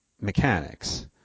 mechanics